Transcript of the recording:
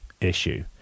issue